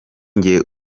njye